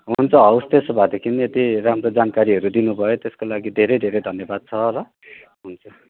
हुन्छ हवस् त्यसो भएदेखि यति राम्रो जानकारीहरू दिनुभयो त्यसको लागि धेरै धेरै धन्यवाद छ र हुन्छ